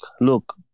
look